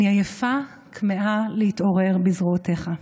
אני עייפה, כמהה להתעורר בזרועותיך.